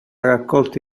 raccolto